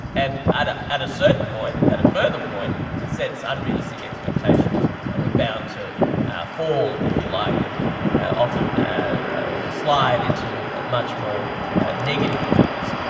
and and at a certain point, at a further point, it sets unrealistic expectations and we're bound to fall, if you like, and often ah ah slide into much more negative moods.